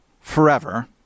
forever